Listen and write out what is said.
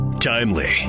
Timely